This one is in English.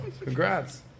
Congrats